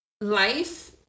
Life